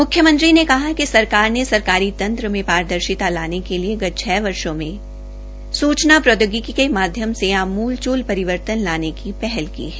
मुख्यमंत्री ने कहा कि सरकार ने सरकारी तंत्र में पारदर्शिता लाने के लिए पिछले छः वर्षो में सुचना प्रोद्यौगिकी के माध्यम से अमुल चक परिवर्तन लाने की पहल की है